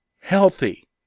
healthy